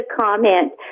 comment